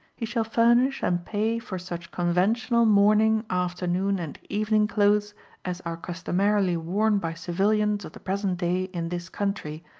he shall furnish and pay for such conventional morning, afternoon and evening clothes as are customarily worn by civilians of the present day in this country,